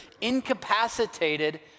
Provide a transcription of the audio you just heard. incapacitated